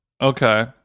Okay